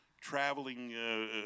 traveling